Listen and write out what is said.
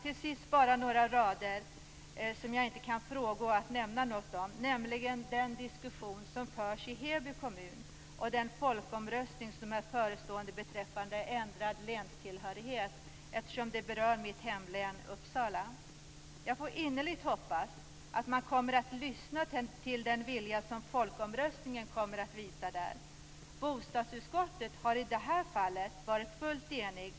Till sist vill jag bara ta upp en fråga som jag inte kan undgå att nämna. Det gäller den diskussion som förs i Heby kommun och den folkomröstning som är förestående beträffande ändrad länstillhörighet. Detta berör ju mitt hemlän, Uppsala. Jag får innerligt hoppas att man kommer att lyssna till den vilja som folkomröstningen kommer att visa där. Bostadsutskottet har i det här fallet varit fullt enigt.